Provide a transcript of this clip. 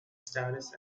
status